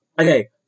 Okay